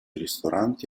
ristoranti